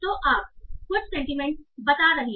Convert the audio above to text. तो आप कुछ सेंटीमेंट बता रहे हैं